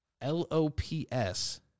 L-O-P-S